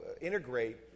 integrate